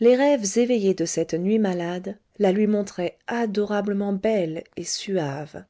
les rêves éveillés de cette nuit malade la lui montraient adorablement belle et suave